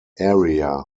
area